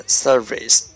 service